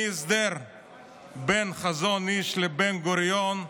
מההסדר בין חזון איש לבן-גוריון,